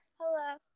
Hello